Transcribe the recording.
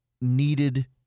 needed